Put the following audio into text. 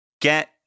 get